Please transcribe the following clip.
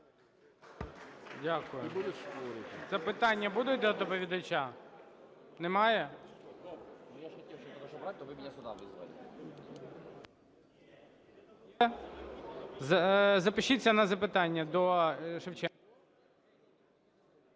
Дякую. Запитання будуть до доповідача? Немає? Запишіться на запитання до Шевченка.